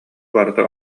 барыта